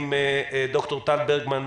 עם ד"ר טל ברגמן,